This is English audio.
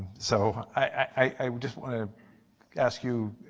so i just want to ask you,